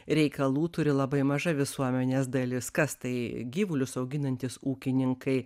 reikalų turi labai maža visuomenės dalis kas tai gyvulius auginantys ūkininkai